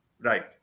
Right